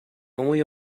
only